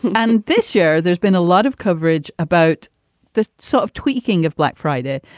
and this year, there's been a lot of coverage about the sort of tweaking of black friday,